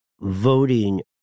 voting